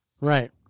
Right